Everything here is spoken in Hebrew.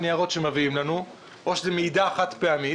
ניירות שמעבירים אלינו או שזו מעידה חד-פעמית?